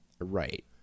right